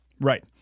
Right